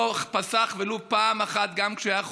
הוא לא פסח ולו פעם אחת, גם כשהיה חולה,